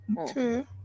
Okay